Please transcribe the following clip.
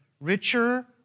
richer